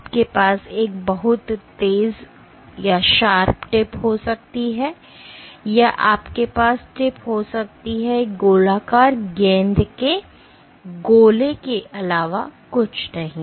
आपके पास एक बहुत तेज टिप हो सकती है या आपके पास टिप हो सकती है एक गोलाकार गेंद के गोले के अलावा कुछ नहीं है